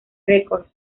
records